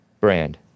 brand